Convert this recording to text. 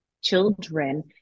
children